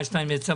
מר שטינמץ,